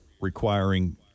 requiring